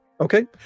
okay